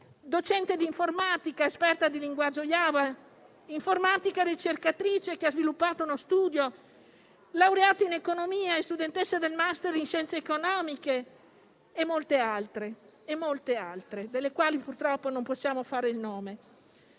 docente di informatica, esperta di linguaggio Java; informatica ricercatrice, che ha sviluppato uno studio; laureata in economia e studentessa del *master* in scienze economiche. E molte altre, delle quali purtroppo non possiamo fare il nome.